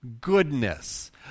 goodness